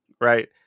Right